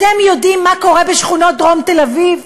אתם יודעים מה קורה בשכונות דרום תל-אביב?